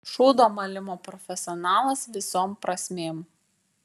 šūdo malimo profesionalas visom prasmėm